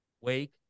wake